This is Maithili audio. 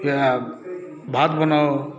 या भात बनाउ